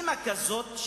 אמא כזאת,